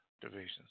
divisions